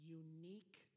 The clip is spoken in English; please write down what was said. unique